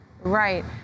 Right